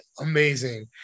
amazing